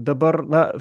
dabar na